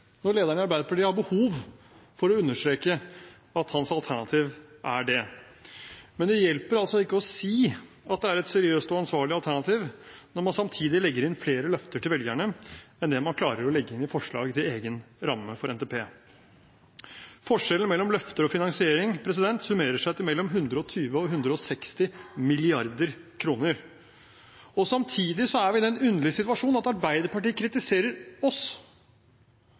når lederen i Arbeiderpartiet har behov for å understreke at hans partis alternativ er det. Men det hjelper altså ikke å si at det er et seriøst og ansvarlig alternativ, når man samtidig legger inn flere løfter til velgerne enn det man klarer å legge inn i forslag til egen ramme for NTP. Forskjellen mellom løfter og finansiering summerer seg til mellom 120 mrd. kr og 160 mrd. kr. Samtidig er vi i den underlige situasjon at Arbeiderpartiet kritiserer oss